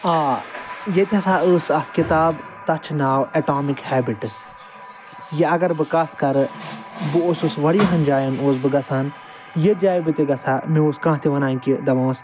آ ییٚتہِ ہَسا ٲس اکھ کِتاب تتھ چھ ناو ایٚٹامِک ہیٚبِٹس یہِ اگر بہٕ کتھ کَرٕ بہٕ اوسُس واریَہَن جایَن اوسُس بہٕ گَژھان ییٚتھۍ جایہِ بہٕ تہِ گَژھ ہہَ مےٚ اوس کانٛہہ تہِ وَنان کہ وَنان اوس